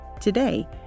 Today